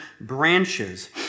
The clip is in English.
branches